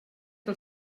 que